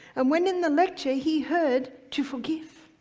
and when in the lecture he heard to forgive,